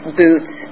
boots